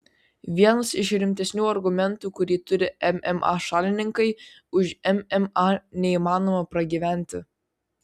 vienas iš rimtesnių argumentų kurį turi mma šalininkai už mma neįmanoma pragyventi